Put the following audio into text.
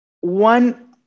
one